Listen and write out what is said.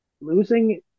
losing